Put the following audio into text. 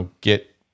get